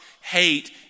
hate